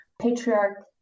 patriarch